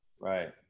right